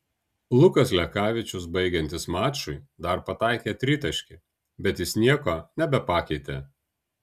lukas lekavičius baigiantis mačui dar pataikė tritaškį bet jis nieko nebepakeitė